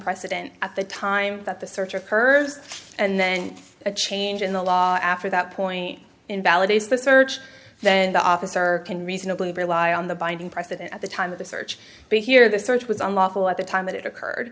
precedent at the time that the search occurs and then a change in the law after that point invalidates the search then the officer can reasonably rely on the binding precedent at the time of the search but here the search was unlawful at the time that it occurred